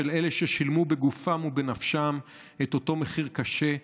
של אלה ששילמו בגופם ובנפשם את אותו מחיר קשה,